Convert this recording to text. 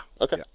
Okay